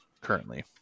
currently